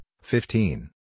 fifteen